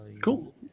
Cool